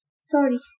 Sorry